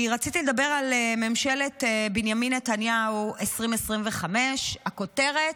כי רציתי לדבר על ממשלת בנימין נתניהו 2025. הכותרת,